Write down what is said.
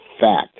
fact